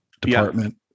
department